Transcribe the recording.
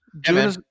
June